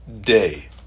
day